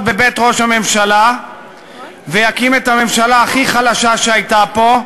בבית ראש הממשלה ויקים את הממשלה הכי חלשה שהייתה פה,